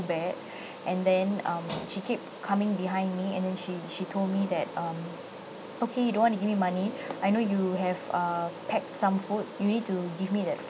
bad and then um she keep coming behind me and then she she told me that um okay you don't want to give me money I know you have uh packed some food you need to give me that food